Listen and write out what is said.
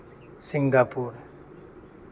Singapore